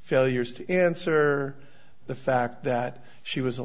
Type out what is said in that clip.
failures to answer the fact that she was a